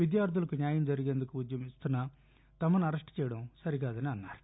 విద్యార్లులకు న్యాయం జరిగేందుకు ఉద్యమిస్తున్న తమను అరెస్లు చేయడం సరికాదని అన్నారు